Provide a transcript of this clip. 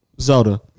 Zelda